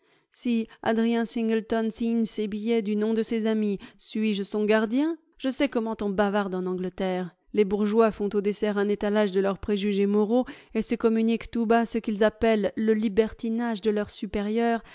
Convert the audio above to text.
si adrien singleton signe ses billets du nom de ses amis suis-je son gardien je sais comment on bavarde en angleterre les bourgeois font au dessert un étalage de leurs préjugés moraux et se communiquent tout bas ce qu'ils appellent le libertinage de leurs supérieurs